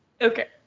Okay